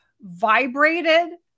vibrated